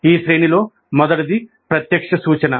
ఈ శ్రేణిలో మొదటిది ప్రత్యక్ష సూచన